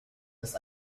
ist